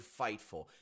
FIGHTFUL